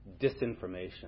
disinformation